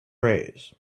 rays